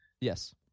Yes